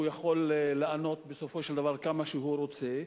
יכול לענות בסופו של דבר כמה שהוא רוצה,